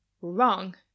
wrong